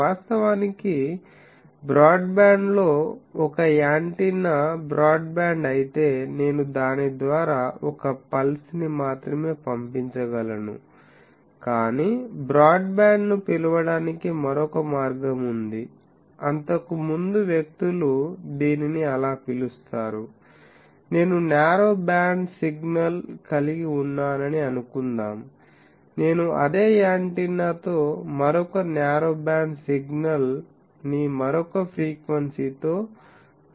వాస్తవానికి బ్రాడ్బ్యాండ్ లో ఒక యాంటెన్నా బ్రాడ్బ్యాండ్ అయితే నేను దాని ద్వారా ఒక పల్స్ ని మాత్రమే పంపించగలను కాని బ్రాడ్బ్యాండ్ ను పిలవడానికి మరొక మార్గం ఉంది అంతకుముందు వ్యక్తులు దీనిని అలా పిలుస్తారు నేను న్యారో బ్యాండ్ సిగ్నల్ కలిగి ఉన్నానని అనుకుందాం నేను అదే యాంటెన్నా తో మరొక న్యారో బ్యాండ్ సిగ్నల్ ని మరొక ఫ్రీక్వెన్సీ తో పంపిస్తున్నాను